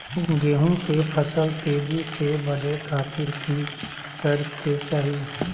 गेहूं के फसल तेजी से बढ़े खातिर की करके चाहि?